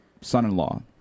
son-in-law